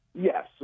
Yes